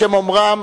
בשם אומרו,